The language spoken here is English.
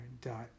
dot